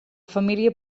família